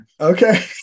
Okay